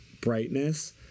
brightness